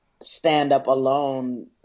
stand-up-alone